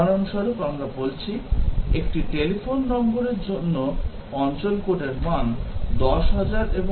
উদাহরণস্বরূপ আমরা বলছি একটি টেলিফোন নম্বরের জন্য অঞ্চল কোডের মান 10000 এবং 90000 এর মধ্যে হয়